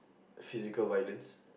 physical violence